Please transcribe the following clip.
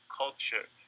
culture